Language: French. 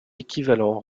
équivalent